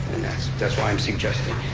that's why i'm suggesting.